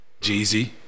Jeezy